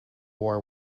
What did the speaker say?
war